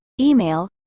Email